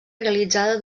realitzada